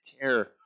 care